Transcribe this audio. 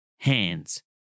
Hands